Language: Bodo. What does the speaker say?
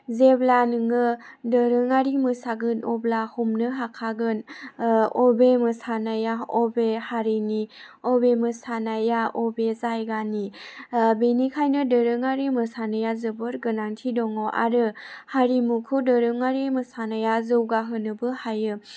जेब्ला नोङो दोरोंआरि मोसागोन अब्ला हमनो हाखागोन बबे मोसानाया बबे हारिनि बबे मोसानाया बबे जायगानि बेनिखायनो दोरोंआरि मोसानाया जोबोर गोनांथि दङ आरो हारिमुखौ दोरोंआरि मोसानाया जौगाहोनोबो हायो